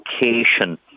location